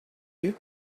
you